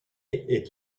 est